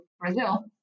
Brazil